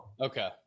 Okay